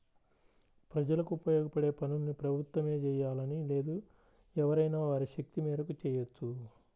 ప్రజలకు ఉపయోగపడే పనుల్ని ప్రభుత్వమే జెయ్యాలని లేదు ఎవరైనా వారి శక్తి మేరకు చెయ్యొచ్చు